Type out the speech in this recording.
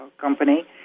company